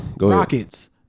Rockets